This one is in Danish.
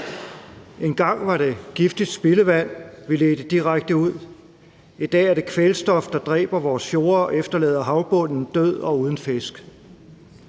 Engang var det giftigt spildevand, vi ledte direkte ud. I dag er det kvælstof, der dræber vores fjorde og efterlader havbunden død og uden fisk.